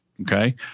Okay